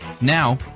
Now